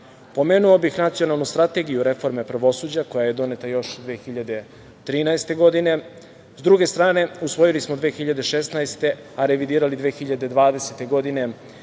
Pomenuo bih nacionalnu strategiju reforme pravosuđa koja je doneta još 2013. godine, sa druge strane usvojili smo 2016, a revidirali 2020. godine